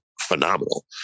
phenomenal